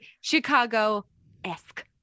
Chicago-esque